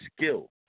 skill